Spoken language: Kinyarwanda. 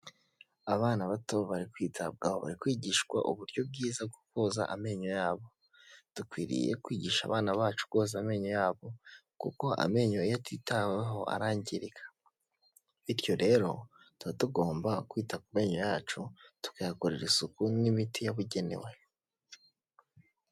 Abana bato bari kwitabwaho, bari kwigishwa uburyo bwiza bwo koza amenyo yabo, dukwiriye kwigisha abana bacu koza amenyo yabo, kuko amenyo iyo atitaweho arangirika, bityo rero tuba tugomba kwita ku menyo yacu tukayakorera isuku n'imiti yabugenewe.